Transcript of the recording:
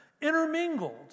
intermingled